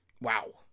Wow